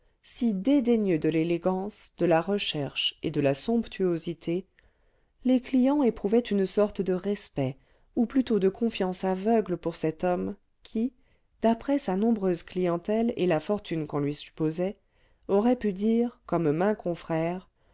si dédaigneux de l'élégance de la recherche et de la somptuosité les clients éprouvaient une sorte de respect ou plutôt de confiance aveugle pour cet homme qui d'après sa nombreuse clientèle et la fortune qu'on lui supposait aurait pu dire comme maint confrère